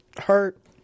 hurt